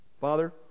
Father